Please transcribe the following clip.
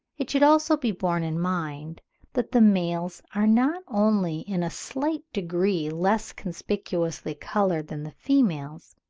it should also be borne in mind that the males are not only in a slight degree less conspicuously coloured than the females,